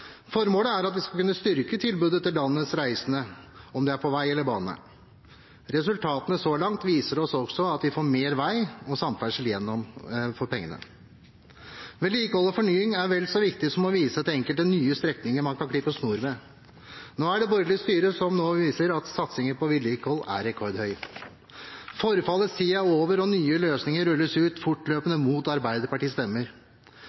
Formålet er at vi skal kunne styrke tilbudet til landets reisende, om det er på vei eller på bane. Resultatene så langt viser oss også at vi får mer vei og samferdsel igjen for pengene. Vedlikehold og fornying er vel så viktig som å vise til enkelte nye strekninger man kan klippe snor ved. Nå er det borgerlig styre, noe som viser at satsingen på vedlikehold er rekordhøy. Forfallets tid er over, og nye løsninger rulles ut fortløpende – mot Arbeiderpartiets stemmer.